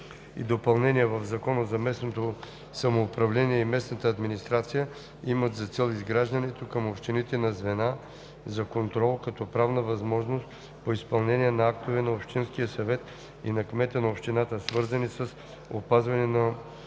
и допълнения в Закона за местното самоуправление и местната администрация имат за цел изграждането към общините на звена за контрол като правна възможност по изпълнение актовете на общинския съвет и на кмета на общината, свързани с опазване на